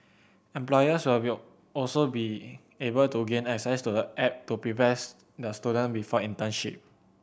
employers will be also be able to gain access to the app to prepares the student before internship